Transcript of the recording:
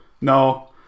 No